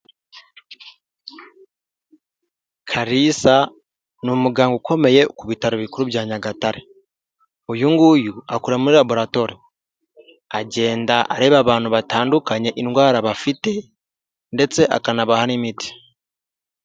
Kalisa ni umuganga ukomeye ku bitaro bikuru bya nyagatare. Uyu nguyu akora muri laboratore, agenda areba abantu batandukanye indwara bafite ndetse akanabaha n'imiti.